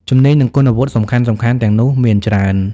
ជំនាញ និងគុណវុឌ្ឍិសំខាន់ៗទាំងនោះមានច្រើន។